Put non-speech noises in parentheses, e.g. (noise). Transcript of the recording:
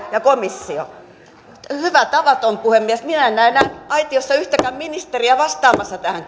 ja komissio kolkuttaa ovelle hyvä tavaton puhemies minä en näe aitiossa enää yhtäkään ministeriä vastaamassa tähän (unintelligible)